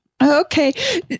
Okay